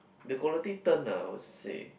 the quality turn ah I would say